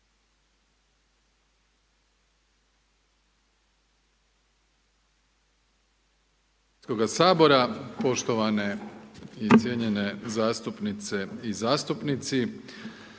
uključen./… sabora, poštovane i cijenjene zastupnice i zastupnici.